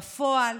בפועל,